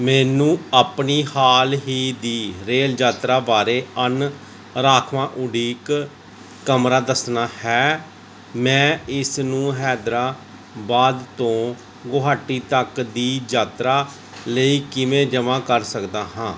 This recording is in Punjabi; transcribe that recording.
ਮੈਨੂੰ ਆਪਣੀ ਹਾਲ ਹੀ ਦੀ ਰੇਲ ਯਾਤਰਾ ਬਾਰੇ ਅਣ ਰਾਖਵਾਂ ਉਡੀਕ ਕਮਰਾ ਦੱਸਣਾ ਹੈ ਮੈਂ ਇਸ ਨੂੰ ਹੈਦਰਾਬਾਦ ਤੋਂ ਗੁਹਾਟੀ ਤੱਕ ਦੀ ਯਾਤਰਾ ਲਈ ਕਿਵੇਂ ਜਮ੍ਹਾਂ ਕਰ ਸਕਦਾ ਹਾਂ